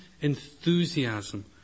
enthusiasm